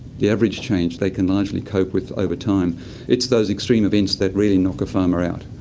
the average change they can largely cope with over time it is those extreme events that really knock a farmer out.